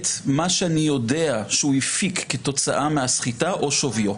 מה שאני יודע שהוא הפיק כתוצאה מהסחיטה או שוויו.